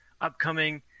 upcoming